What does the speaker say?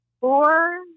four